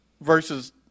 versus